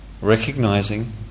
Recognizing